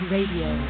Radio